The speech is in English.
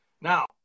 Now